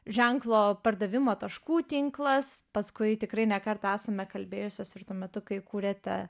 ženklo pardavimo taškų tinklas paskui tikrai ne kartą esame kalbėjusios ir tuo metu kai kūrėte